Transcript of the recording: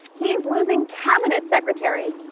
he's losing cabinet secretaries.